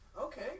Okay